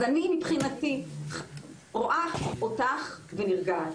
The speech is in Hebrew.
אז אני מבחינתי רואה אותך ונרגעת,